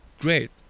great